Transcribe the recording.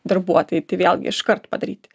darbuotojai tai vėlgi iškart padaryt